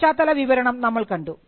പശ്ചാത്തല വിവരണം നമ്മൾ കണ്ടു